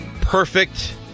perfect